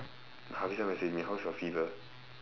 hafeezah message me how's your fever